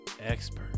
expert